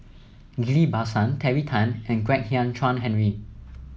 Ghillie Basan Terry Tan and Kwek Hian Chuan Henry